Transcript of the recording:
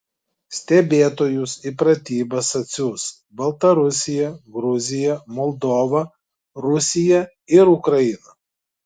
stebėtojus į pratybas atsiųs baltarusija gruzija moldova rusija ir ukraina